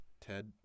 Ted